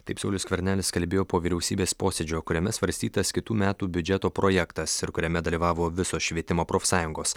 taip saulius skvernelis kalbėjo po vyriausybės posėdžio kuriame svarstytas kitų metų biudžeto projektas ir kuriame dalyvavo visos švietimo profsąjungos